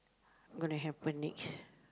gonna happen next